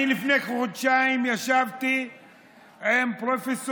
לפני חודשיים ישבתי עם פרופ'